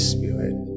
Spirit